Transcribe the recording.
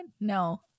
No